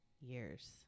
years